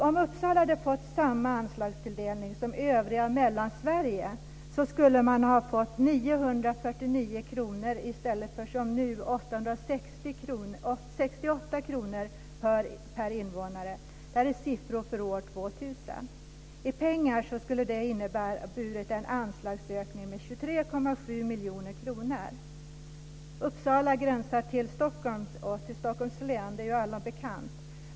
Om Uppsala hade fått samma anslagstilldelning som övriga Mellansverige skulle man ha fått 949 kr i stället för som nu 868 kr per invånare. Det här är siffror för år 2000. I pengar skulle det ha inneburit en anslagsökning med 23,7 miljoner kronor. Uppsala gränsar till Stockholms län; det är allom bekant.